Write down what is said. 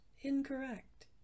incorrect